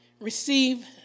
receive